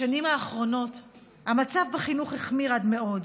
בשנים האחרונות המצב בחינוך החמיר עד מאד,